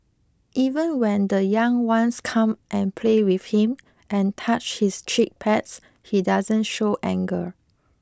even when the young ones come and play with him and touch his cheek pads he doesn't show anger